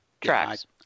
tracks